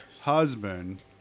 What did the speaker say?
husband